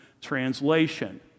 translation